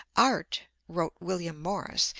art, wrote william morris,